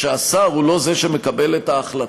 ושהשר הוא לא זה שמקבל את ההחלטה.